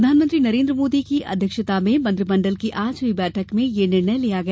प्रधानमंत्री नरेन्द्र मोदी की अध्यक्षता में मंत्रिमंडल की आज हुयी बैठक में यह निर्णय लिया गया